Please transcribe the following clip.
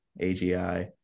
AGI